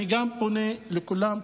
אני פונה לכולם,